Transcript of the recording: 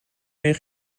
meer